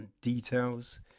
Details